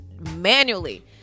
manually